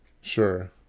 Sure